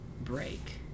break